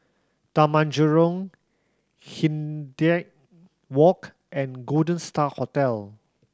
Taman Jurong Hindhede Walk and Golden Star Hotel